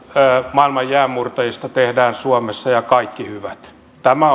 maailman jäänmurtajista tehdään suomessa ja kaikki hyvät tämä